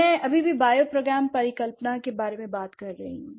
मैं अभी भी बायोप्रोग्राम परिकल्पना के बारे में बात कर रही हूं